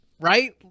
Right